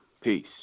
peace